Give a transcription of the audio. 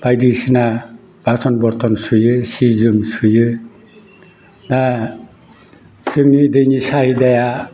बायदिसिना बासन बरथन सुयो सि जोम सुयो दा जोंनि दैनि साहिदाया